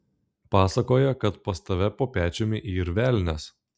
pasakoja kad pas tave po pečiumi yr velnias